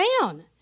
down